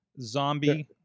zombie